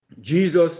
Jesus